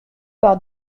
par